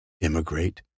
immigrate